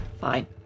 Fine